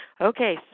Okay